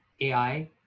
AI